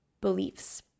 beliefs